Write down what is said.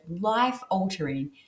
life-altering